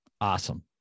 awesome